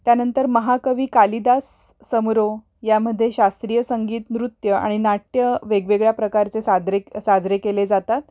त्यानंतर महाकवी कालिदास समारोह यामध्ये शास्त्रीय संगीत नृत्य आणि नाट्य वेगवेगळ्या प्रकारचे सादरे साजरे केले जातात